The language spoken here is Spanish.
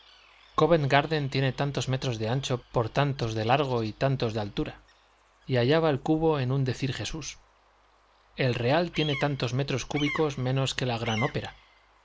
covent garden tiene tantos metros de ancho por tantos de largo y tantos de altura y hallaba el cubo en un decir jesús el real tiene tantos metros cúbicos menos que la gran ópera